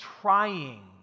trying